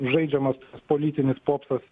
žaidžiamas politinis popsas